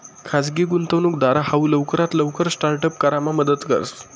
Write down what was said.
खाजगी गुंतवणूकदार हाऊ लवकरात लवकर स्टार्ट अप करामा मदत करस